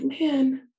man